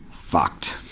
fucked